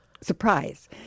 surprise